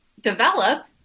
develop